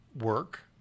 work